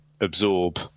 absorb